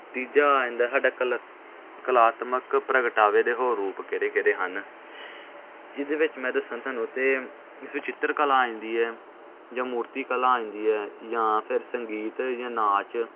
ਤੀਜਾ ਆ ਜਾਂਦਾ ਸਾਡਾ ਕਲਰ ਕਲਾਤਮਕ ਪ੍ਰਗਟਾਵੇ ਦੇ ਹੋਰ ਰੂਪ ਕਿਹੜੇ ਕਿਹੜੇ ਹਨ ਇਹਦੇ ਵਿੱਚ ਮੈਂ ਦੱਸਾਂ ਤੁਹਾਨੂੰ ਤਾਂ ਇਸ ਵਿੱਚ ਚਿੱਤਰਕਲਾ ਆ ਜਾਂਦੀ ਹੈ ਜਾਂ ਮੂਰਤੀ ਕਲਾ ਆ ਜਾਂਦੀ ਹੈ ਜਾਂ ਫਿਰ ਸੰਗੀਤ ਜਾਂ ਨਾਚ